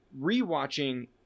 rewatching